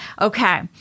Okay